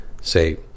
say